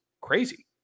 crazy